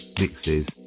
mixes